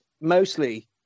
mostly